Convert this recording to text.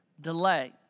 delay